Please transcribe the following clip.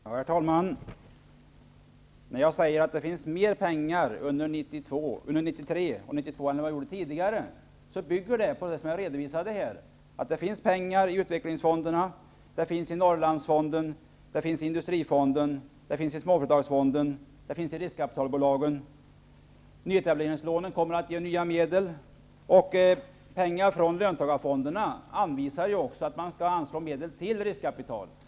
Herr talman! När jag säger att det finns mer pengar under 1992 och 1993 än tidigare bygger det på det jag redovisade här, att det finns pengar i utvecklingsfonderna, Norrlandsfonden, industrifonden, småföretagsfonden och riskkapitalbolagen. Nyetableringslånen kommer att ge ytterligare medel, och medel från löntagarfonderna skall anslås till riskkapital.